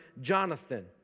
Jonathan